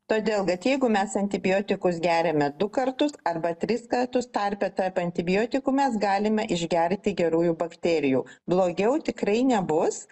todėl kad jeigu mes antibiotikus geriame du kartus arba tris kartus tarpe tarp antibiotikų mes galime išgerti gerųjų bakterijų blogiau tikrai nebus